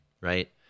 right